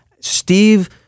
Steve